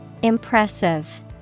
Impressive